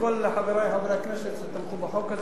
ולכל חברי חברי הכנסת שתמכו בחוק הזה.